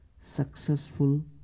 successful